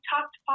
talked